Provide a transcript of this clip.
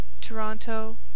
Toronto